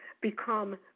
become